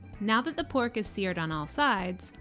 now that the pork is seared on all sides,